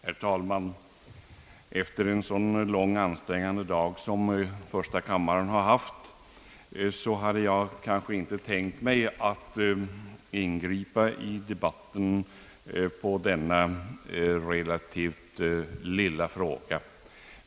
Herr talman! Efter en sådan lång ansträngande dag som första kammaren nu har haft hade jag inte tänkt mig att ingripa i debatten i denna relativt lilla fråga.